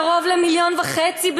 קרוב ל-1.5 מיליון בני-אדם,